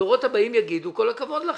הדורות הבאים יגידו: כל הכבוד לכם.